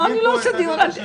אני לא עושה דיון.